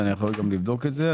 ואני יכול גם לבדוק את זה,